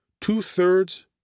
two-thirds